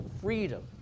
freedom